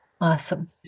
Awesome